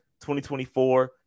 2024